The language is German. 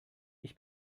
ich